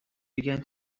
began